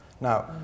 Now